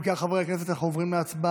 אם כך, חברי הכנסת, אנחנו עוברים להצבעה.